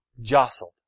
jostled